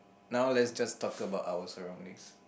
now let's just talk about our surroundings